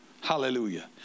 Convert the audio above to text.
hallelujah